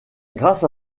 grâce